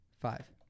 Five